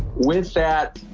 with that,